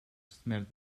smelled